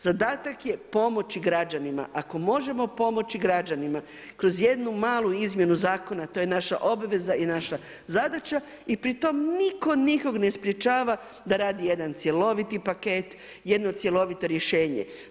Zadatak je pomoći građanima, ako možemo pomoći građanima kroz jednu malu izmjenu zakona, to je naša obveza i naša zadaća i pri tome nitko nikog ne sprječava da radi jedan cjeloviti paket, jedno cjelovito rješenje.